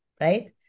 Right